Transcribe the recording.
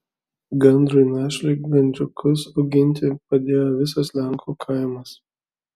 gandrui našliui gandriukus auginti padėjo visas lenkų kaimas